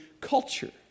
culture